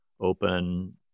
open